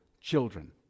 children